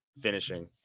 finishing